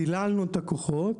דיללנו את הכוחות,